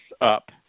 up